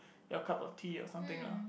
your cup of tea or something lah